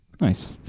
Nice